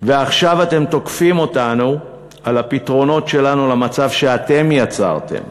ועכשיו אתם תוקפים אותנו על הפתרונות שלנו למצב שאתם יצרתם.